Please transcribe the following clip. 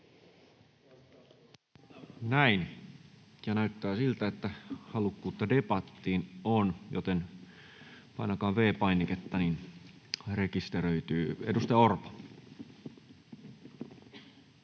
Näin. — Ja näyttää siltä, että halukkuutta debattiin on, joten painakaa V-painiketta, niin rekisteröityy. — Edustaja Orpo.